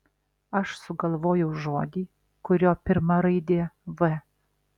aš sugalvojau žodį kurio pirma raidė v